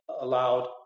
allowed